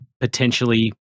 potentially